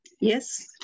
Yes